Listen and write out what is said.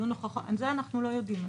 דיון הוכחה זה אנחנו לא יודעים.